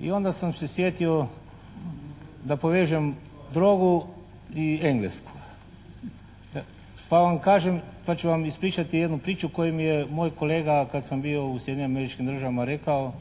I onda sam se sjetio da povežem drogu i Englesku. Pa vam kažem, pa ću vam ispričati jednu priču koju mi je moj kolega kad sam bio u Sjedinjenim Američkim Državama rekao